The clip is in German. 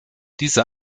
dieser